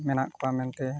ᱢᱮᱱᱟᱜ ᱠᱚᱣᱟ ᱢᱮᱱᱛᱮ